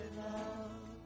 love